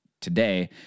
today